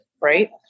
Right